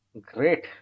Great